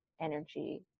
energy